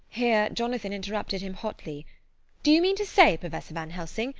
here jonathan interrupted him hotly do you mean to say, professor van helsing,